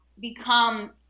become